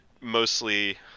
mostly